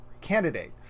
candidate